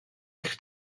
eich